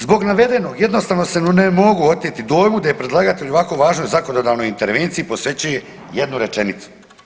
Zbog navedenog jednostavno se ne mogu oteti dojmu da je predlagatelj ovako važnoj zakonodavnoj intervenciji posvećuje jednu rečenicu.